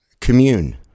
Commune